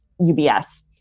UBS